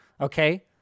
Okay